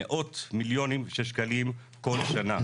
אתם גובים פה מאות מיליונים של שקלים כל שנה.